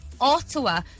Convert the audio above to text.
ottawa